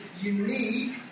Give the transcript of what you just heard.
unique